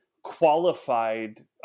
qualified